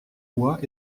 bois